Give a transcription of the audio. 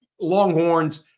Longhorns